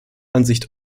ansicht